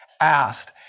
asked